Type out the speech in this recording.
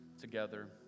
together